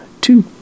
two